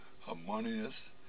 harmonious